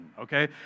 Okay